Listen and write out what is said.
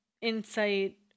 insight